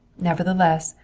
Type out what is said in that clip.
nevertheless,